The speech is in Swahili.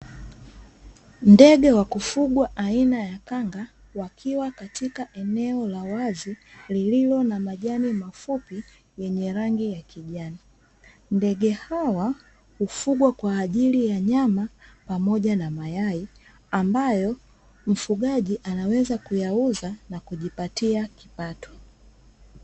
Ndege wa kufugwa aina ya kanga wakiwa katika eneo la wazi lenye majani mafupi yenye rangi ya kijani, ndege hawa hufugwa kwa ajili ya nyama pamoja na mayai ambayo mfugaji anaweza kuyauza na kujipatia kipato.